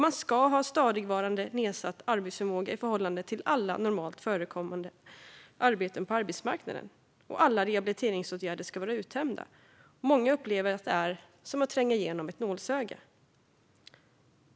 Man ska ha en stadigvarande nedsatt arbetsförmåga i förhållande till alla normalt förekommande arbeten på arbetsmarknaden, och alla rehabiliteringsåtgärder ska vara uttömda. Många upplever att det är som att tränga igenom ett nålsöga.